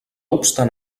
obstant